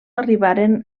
arribaren